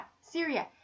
Syria